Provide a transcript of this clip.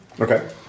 Okay